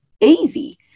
easy